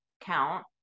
count